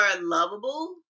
lovable